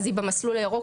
אז היא במסלול הירוק,